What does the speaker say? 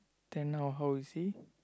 then now how is he